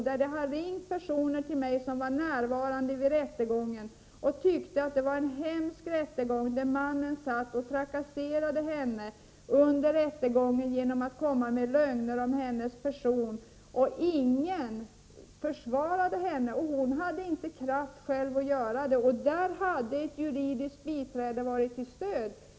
Det har ringt personer till mig som var närvarande vid rättegången och tyckte att det var en hemsk rättegång där mannen satt och trakasserade henne under rättegången genom att komma med lögner om hennes person, och ingen försvarade henne — hon hade inte kraft själv att göra det. Där hade ett juridiskt biträde varit ett stöd.